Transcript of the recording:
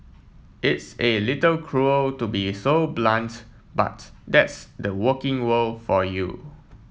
it's a little cruel to be so blunt but that's the working world for you